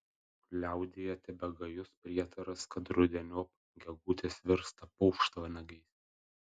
liaudyje tebegajus prietaras kad rudeniop gegutės virsta paukštvanagiais